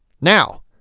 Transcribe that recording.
Now